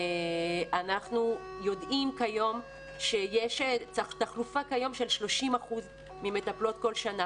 אנחנו יודעים כיום שיש תחלופה של 30 אחוזים של המטפלות כל שנה.